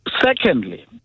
Secondly